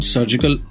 Surgical